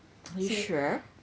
you sure